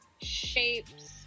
shapes